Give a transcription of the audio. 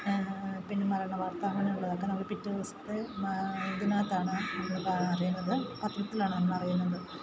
പിന്നെ മരണവാർത്ത അങ്ങനെയുള്ളതൊക്കെ നമ്മൾ പിറ്റേദിവസത്തെ ഇതിനതാണ് നമ്മൾ പ അറിയുന്നത് പത്രത്തിലാണ് നമ്മളറിയുന്നത്